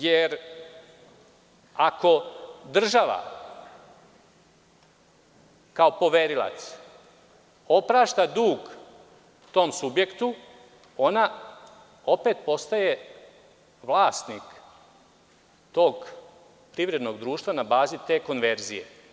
Jer, ako država kao poverilac oprašta dug tom subjektu ona opet postaje vlasnik tog privrednog društva na bazi te konverzije.